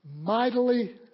mightily